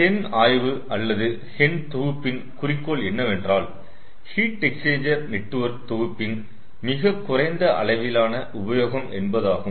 Hen ஆய்வு அல்லது HEN தொகுப்பின் குறிக்கோள் என்னவென்றால் ஹீட் எக்ஸ்சேஞ்சர் நெட்வொர்க் தொகுப்பின் மிகக்குறைந்த அளவிலான உபயோகம் என்பதாகும்